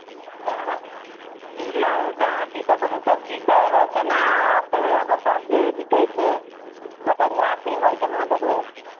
हाँ तऽ अथी सब बोलू ने सब्जी सब आओर केना हेतय जे बिकय छै मटरिया सीम अर केना देबय